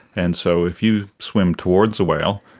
and so if you swim towards a whale,